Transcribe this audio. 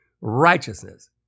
righteousness